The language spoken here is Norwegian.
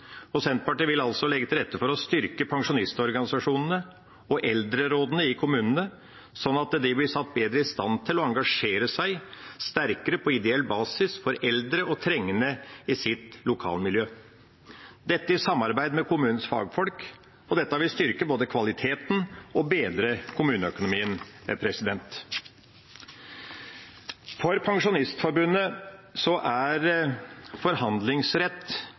Senterpartiet vil legge til rette for å styrke pensjonistorganisasjonene og eldrerådene i kommunene, slik at de blir satt bedre i stand til å engasjere seg sterkere på ideell basis for eldre og trengende i sitt lokalmiljø, dette i samarbeid med kommunens fagfolk. Det vil både styrke kvaliteten og bedre kommuneøkonomien. For Pensjonistforbundet er forhandlingsrett